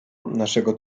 naszego